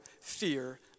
fear